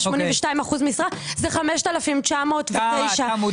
ב-82% משרה זה 5,909 שקל.